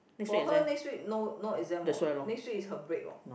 for her next week no no exam what next week is her break what